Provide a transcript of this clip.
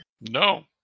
No